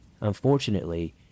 Unfortunately